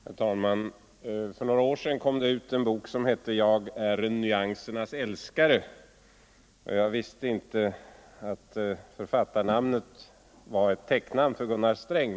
Herr talman! För några år sedan kom det ut en bok som hette Jag är en nyansernas älskare. Jag visste inte att författarnamnet var ett täcknamn för Gunnar Sträng.